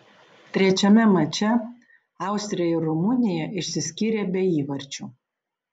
trečiame mače austrija ir rumunija išsiskyrė be įvarčių